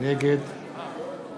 נגד